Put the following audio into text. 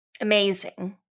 Amazing